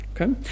Okay